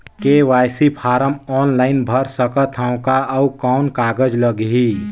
KYC form online भर सकत हवं का? अउ कौन कागज लगही?